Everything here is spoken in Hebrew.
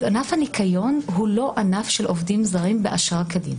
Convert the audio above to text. אז ענף הניקיון הוא לא ענף של עובדים זרים באשרה כדין,